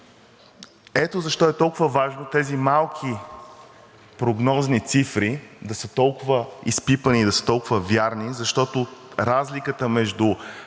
Ето защо е толкова важно тези малки прогнозни цифри да са толкова изпипани, да са толкова верни, защото разликата между